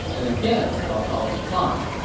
and again cao cao declined.